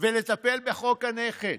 ולטפל בחוק הנכד.